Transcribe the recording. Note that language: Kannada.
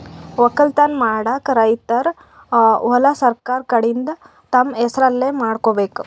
ವಕ್ಕಲತನ್ ಮಾಡಕ್ಕ್ ರೈತರ್ ಹೊಲಾ ಸರಕಾರ್ ಕಡೀನ್ದ್ ತಮ್ಮ್ ಹೆಸರಲೇ ಮಾಡ್ಕೋಬೇಕ್